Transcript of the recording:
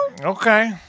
okay